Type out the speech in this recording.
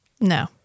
No